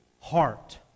heart